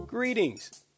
Greetings